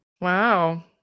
wow